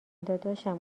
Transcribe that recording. داداشم